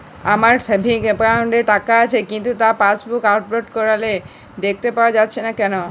আমার savings account এ টাকা আসছে কিন্তু তা পাসবুক আপডেট করলে দেখতে পাওয়া যাচ্ছে না কেন?